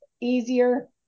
easier